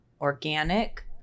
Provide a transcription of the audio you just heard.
organic